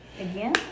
Again